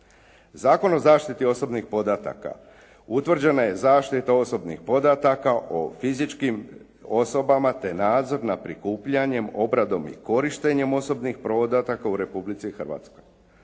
Zakon o zaštiti osobnih podataka utvrđena je zaštita osobnih podataka o fizičkim osobama, te nadzor nad prikupljanjem, obradom i korištenjem osobnih podataka u Republici Hrvatskoj.